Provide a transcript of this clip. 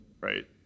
right